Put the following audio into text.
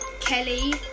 Kelly